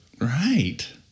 Right